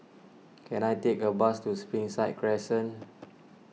can I take a bus to Springside Crescent